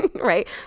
right